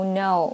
no